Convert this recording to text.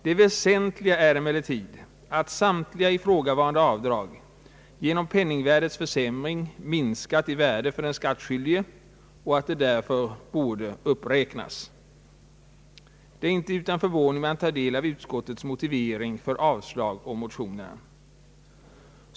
Det väsentliga är att samtliga ifrågavarande avdrag genom penningvärdets försämring har minskat i värde för den skattskyldige och att de därför borde uppräknas. Det är inte utan förvåning som man tar del av utskottets motivering för yrkandet om avslag på motionerna.